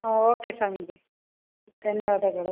okay Swamiji ಧನ್ಯವಾದಗಳು